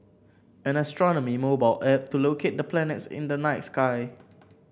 an astronomy mobile app to locate the planets in the night sky